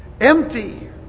empty